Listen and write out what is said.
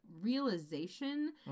realization